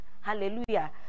Hallelujah